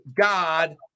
god